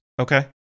Okay